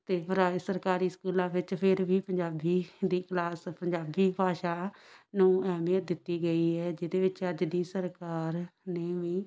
ਅਤੇ ਪ੍ਰਾਈ ਸਰਕਾਰੀ ਸਕੂਲਾਂ ਵਿੱਚ ਫਿਰ ਵੀ ਪੰਜਾਬੀ ਦੀ ਕਲਾਸ ਪੰਜਾਬੀ ਭਾਸ਼ਾ ਨੂੰ ਅਹਿਮੀਅਤ ਦਿੱਤੀ ਗਈ ਹੈ ਜਿਹਦੇ ਵਿੱਚ ਅੱਜ ਦੀ ਸਰਕਾਰ ਨੇ ਵੀ